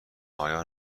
آیا